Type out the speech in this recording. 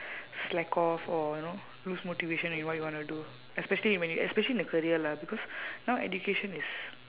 slack off or you know lose motivation in what you wanna do especially when you especially in a career lah because now education is